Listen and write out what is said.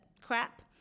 crap